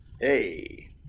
Hey